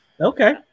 Okay